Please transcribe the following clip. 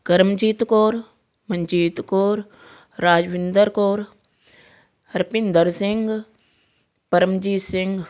Karamjit Kaur Manjit Kaur Rajwinder Kaur Harbhinder Singh Paramjit Singh